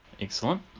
Excellent